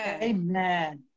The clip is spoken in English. Amen